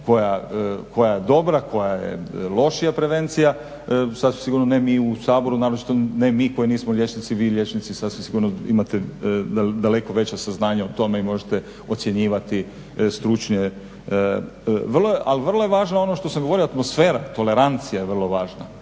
koja je dobra, koja je lošija prevencija, sasvim sigurno ne mi u Saboru, naročito ne mi koji nismo liječnici. Vi liječnici sasvim sigurno imate daleko veća sa znanja o tome i možete ocjenjivati stručnije. Ali vrlo je važno ono što sam govorio atmosfera, tolerancija je vrlo važna